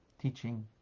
teaching